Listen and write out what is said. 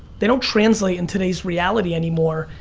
they don't translate in today's reality anymore.